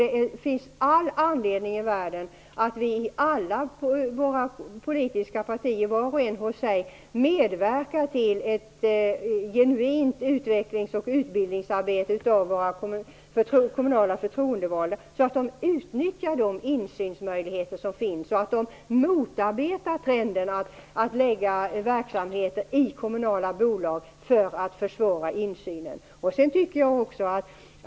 Det finns all anledning i världen att vi alla i våra politiska partier, var och en hos sig, medverkar till ett genuint utvecklings och utbildningsarbete för våra kommunala förtroendevalda, så att de utnyttjar de insynsmöjligheter som finns och motarbetar trenden att lägga verksamheter i kommunala bolag för att försvåra insynen.